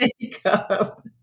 makeup